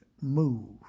move